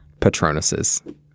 Patronuses